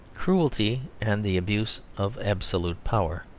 cruelty and the abuse of absolute power,